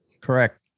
Correct